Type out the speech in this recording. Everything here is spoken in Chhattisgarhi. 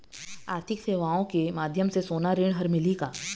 आरथिक सेवाएँ के माध्यम से सोना ऋण हर मिलही का?